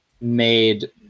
made